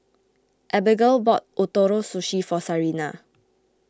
Abagail bought Ootoro Sushi for Sarina